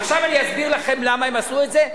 עכשיו אני אסביר לכם למה הם עשו את זה.